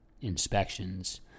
inspections